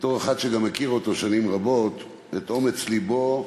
בתור אחד שגם מכיר אותו שנים רבות, את אומץ לבו,